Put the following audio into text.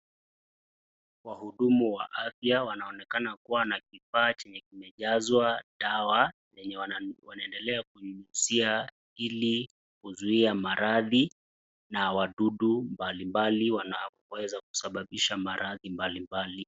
Wahudumu wa afya wanaonekana kuwa na kifaa chenye kimejazwa dawa yenye wanaedelea kunyunyizia ili kuzuia maradhi na wadudu mbalimbali wanapoeza kusababisha maradhi mbalimbali.